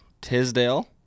Tisdale